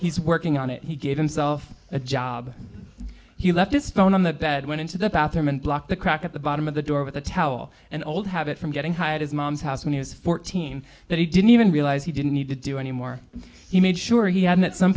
he's working on it he gave himself a job he left his phone on the bed went into the bathroom and blocked the crack at the bottom of the door with a towel and old habit from getting hired as mom's house when he was fourteen that he didn't even realize he didn't need to do anymore he made sure he had at some